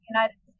United